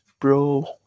Bro